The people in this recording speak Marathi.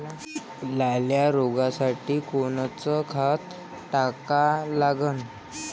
लाल्या रोगासाठी कोनचं खत टाका लागन?